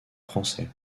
français